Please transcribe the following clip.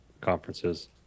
conferences